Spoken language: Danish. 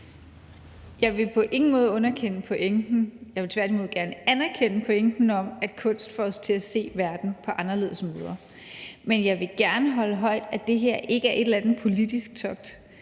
Jeg vil på ingen måde underkende pointen. Jeg vil tværtimod gerne anerkende pointen om, at kunst får os til at se verden på anderledes måder. Men jeg vil gerne holde fast i, at det her ikke er et eller andet politisk togt.